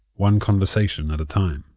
one conversation at a time